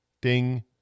ding